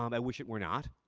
um i wish it were not,